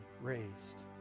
raised